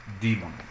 demon